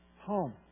home